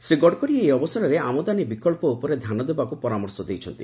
ଶ୍ରୀଗଡ଼କରୀ ଏହି ଅବସରରେ ଆମଦାନୀ ବିକଳ୍ପ ଉପରେ ଧ୍ୟାନ ଦେବାକୁ ପରାମର୍ଶ ଦେଇଛନ୍ତି